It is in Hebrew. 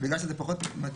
מקום פחות מתאים,